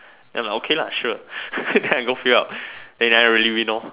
then I like okay lah sure then I go fill up then I never really win lor